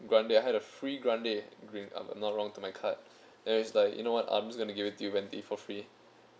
grande I had a free grande if I'm not wrong to my card then it's like you know what I'm just gonna give it to you venti for free